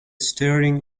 stirring